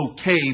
okay